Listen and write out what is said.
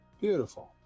beautiful